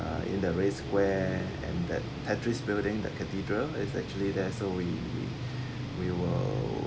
uh in the race square and that patrice building the cathedral is actually there's where we were